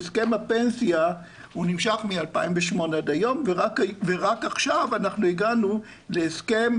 הסכם הפנסיה נמשך מ-2008 ועד היום ורק עכשיו הגענו להסכם,